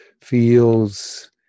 feels